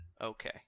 Okay